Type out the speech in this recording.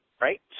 right